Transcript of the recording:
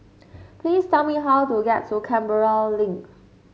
please tell me how to get to Canberra Link